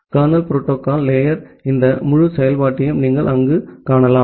kernel protocol layer இந்த முழு செயல்பாட்டையும் நீங்கள் அங்கு காணலாம்